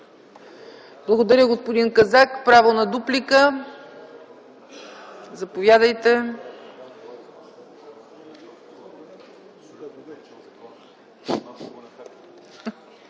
Благодаря, господин Казак. Право на дуплика – заповядайте.